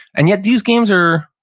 and yet these games are,